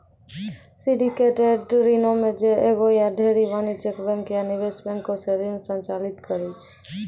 syndicated ऋणो मे जे एगो या ढेरी वाणिज्यिक बैंक या निवेश बैंको से ऋण संचालित करै छै